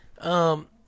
um-